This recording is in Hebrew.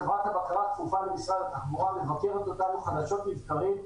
חברת הבקרה כפופה למשרד התחבורה ומבקרת אותנו חדשות לבקרים,